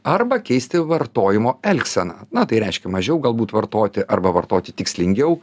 arba keisti vartojimo elgseną na tai reiškia mažiau galbūt vartoti arba vartoti tikslingiau